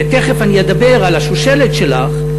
ותכף אני אדבר על השושלת שלך,